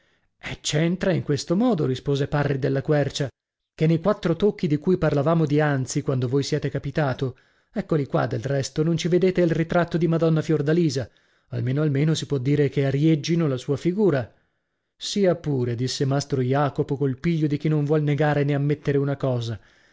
eh c'entra in questo modo rispose parri della quercia che nei quattro tocchi di cui parlavamo dianzi quando voi siete capitato eccoli qua del resto non ci vedete il ritratto di madonna fiordalisa almeno almeno si può dire che arieggiano la sua figura sia pure disse mastro jacopo col piglio di chi non vuol negare nè ammettere una cosa